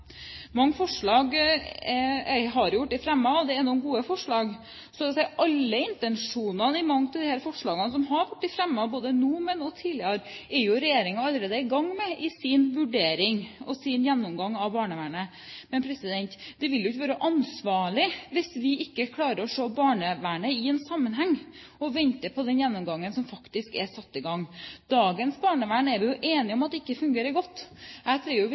og det er noen gode forslag. Så å si alle intensjonene i mange av de forslagene som har vært fremmet, både nå og tidligere, er regjeringen allerede i gang med i sin vurdering og gjennomgang av barnevernet. Men det vil jo ikke være ansvarlig hvis vi ikke klarer å se barnevernet i en sammenheng og venter på den gjennomgangen som faktisk er satt i gang. Dagens barnevern er vi enige om ikke fungerer godt. Jeg tror at hvis vi